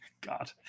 God